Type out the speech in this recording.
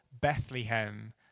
Bethlehem